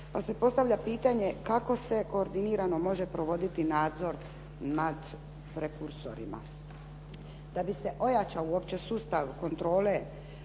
pa se postavlja pitanje kako se koordinirano može provoditi nadzor nad prekursorima. Da bi se ojačao uopće sustav kontrole,